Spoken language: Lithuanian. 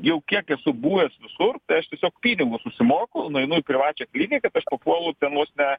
jau kiek esu buvęs visur tai aš tiesiog pinigus susimoku nueinu į privačią kliniką tai aš papuolu ten vos ne